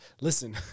listen